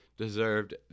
Deserved